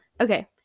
okay